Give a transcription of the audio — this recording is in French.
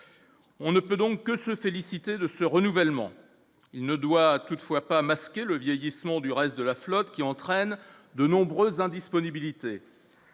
on ne peut donc que se féliciter de ce renouvellement, il ne doit toutefois pas masquer le vieillissement du reste de la flotte qui entraîne de nombreuses indisponibilités.